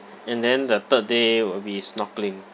and then the third day will be snorkelling